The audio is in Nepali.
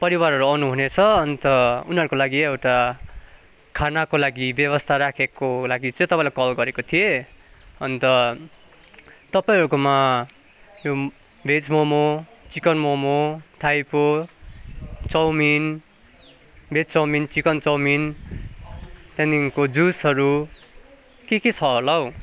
परिवारहरू आउनुहुनेछ अन्त उनीहरूको लागि एउटा खानाको लागि व्यवस्था राखेको लागि चाहिँ तपाईँलाई कल गरेको थिएँ अन्त तपाईँहरूकोमा यो भेज मोमो चिकन मोमो टाइपो chowmein veg chowmein chicken chowmein त्यहाँदेखिन्को जुसहरू के के छ होला हौ